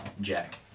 Jack